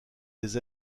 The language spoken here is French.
des